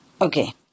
Okay